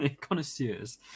connoisseurs